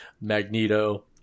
Magneto